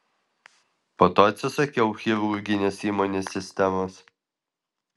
po to atsisakiau chirurginės įmonės sistemos